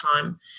time